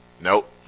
Nope